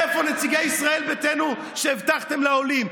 איפה נציגי ישראל ביתנו, שהבטחתם לעולים?